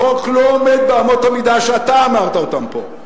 החוק לא עומד באמות המידה שאתה אמרת אותן פה.